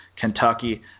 Kentucky